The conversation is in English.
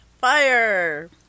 Fire